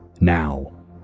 Now